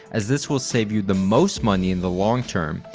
as this will save you the most money in the long-term,